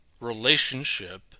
relationship